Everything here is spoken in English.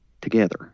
together